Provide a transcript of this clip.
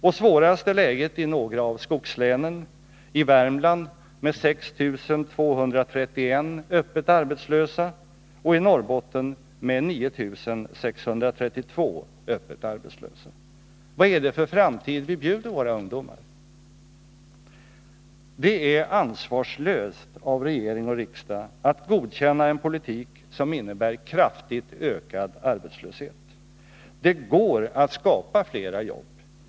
Och svårast är läget i några av skogslänen, i Värmland med 6 231 öppet arbetslösa och i Norrbotten med 9 632 öppet arbetslösa. Vad är det för framtid vi bjuder våra ungdomar! Det är ansvarslöst av regering och riksdag att godkänna en politik som innebär kraftigt ökad arbetslöshet. Det går att skapa flera jobb.